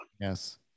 Yes